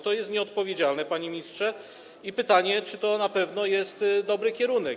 To jest nieodpowiedzialne, panie ministrze, i pytanie, czy to na pewno jest dobry kierunek.